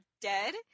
dead